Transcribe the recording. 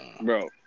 bro